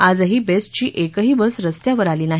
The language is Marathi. आजही बेस्टची एकही बस रस्त्यावर आली नाही